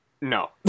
No